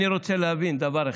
אני רוצה להבין דבר אחד: